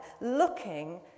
looking